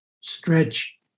stretch